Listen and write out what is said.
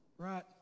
Right